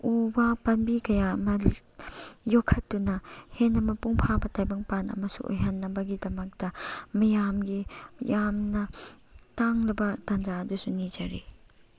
ꯎ ꯋꯥ ꯄꯥꯝꯕꯤ ꯀꯌꯥ ꯌꯣꯛꯈꯠꯇꯨꯅ ꯍꯦꯟꯅ ꯃꯄꯨꯡ ꯐꯥꯕ ꯇꯥꯏꯕꯪꯄꯥꯟ ꯑꯃꯁꯨ ꯑꯣꯏꯍꯟꯅꯕꯒꯤꯗꯃꯛꯇ ꯃꯌꯥꯝꯒꯤ ꯌꯥꯝꯅ ꯇꯥꯡꯂꯕ ꯇꯥꯟꯖꯥ ꯑꯗꯨꯁꯨ ꯅꯤꯖꯔꯤ